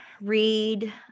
read